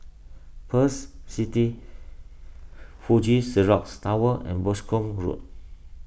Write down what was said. Pearl's City Fuji Xerox Tower and Boscombe Road